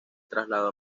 trasladó